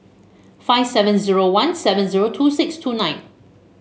five seven zero one seven zero two six two nine